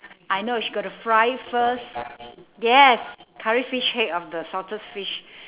I know she got to fry first yes curry fish head of the salted fish